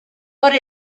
what